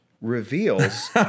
reveals